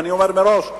אני אומר מראש,